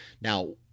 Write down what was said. Now